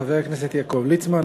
חבר הכנסת יעקב ליצמן,